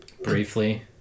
Briefly